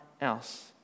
else